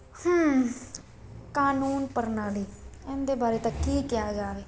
ਹਾਂ ਕਾਨੂੰਨ ਪ੍ਰਣਾਲੀ ਇਹਦੇ ਬਾਰੇ ਤਾਂ ਕੀ ਕਿਹਾ ਜਾਵੇ